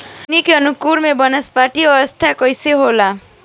हमन के अंकुरण में वानस्पतिक अवस्था कइसे होला?